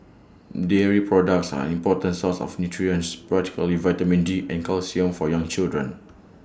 dairy products are important source of nutrition particularly vitamin D and calcium for young children